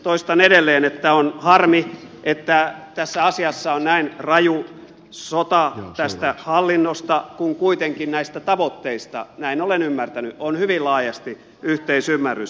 toistan edelleen että on harmi että tässä asiassa on näin raju sota tästä hallinnosta kun kuitenkin näistä tavoitteista näin olen ymmärtänyt on hyvin laajasti yhteisymmärrys